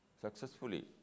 successfully